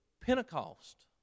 Pentecost